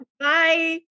Bye